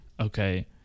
Okay